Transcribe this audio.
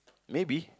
maybe